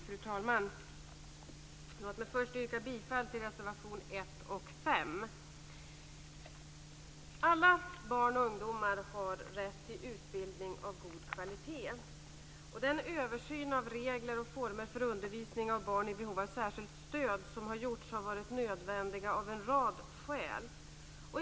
Fru talman! Låt mig först yrka bifall till reservationerna 1 under mom. 3 och 3 under mom. 5. Alla barn och ungdomar har rätt till utbildning av god kvalitet. Den översyn av regler och former för undervisning av barn i behov av särskilt stöd som har gjorts har av en rad skäl varit nödvändiga.